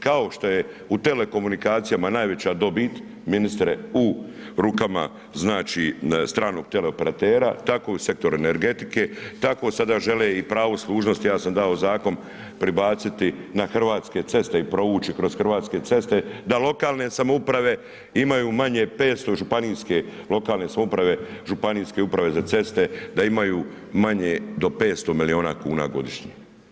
Kao što je u telekomunikacijama najveća dobit ministre u rukama znači stranog teleoperatera, tako i u sektoru energetike, tako sada žele i pravo služnosti ja sam dao zakon pribaciti na Hrvatske ceste i provući kroz Hrvatske ceste da lokalne samouprave imaju manje 500 županijske lokalne samouprave, županijske uprave za ceste, da imaju manje do 500 milijuna kuna godišnje.